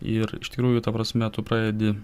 ir iš tikrųjų ta prasme tu pradedi